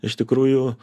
iš tikrųjų